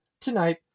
tonight